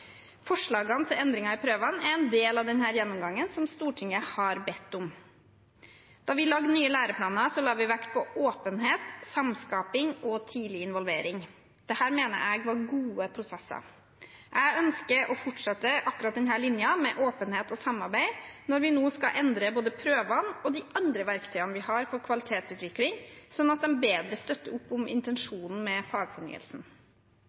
Forslagene til endringer i prøvene er en del av denne gjennomgangen som Stortinget har bedt om. Da vi lagde nye læreplaner, la vi vekt på åpenhet, samskaping og tidlig involvering. Dette mener jeg var gode prosesser. Jeg ønsker å fortsette akkurat denne linja med åpenhet og samarbeid når vi nå skal endre både prøvene og de andre verktøyene vi har for kvalitetsutvikling, slik at de bedre støtter opp om intensjonen med fagfornyelsen.